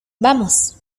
vamos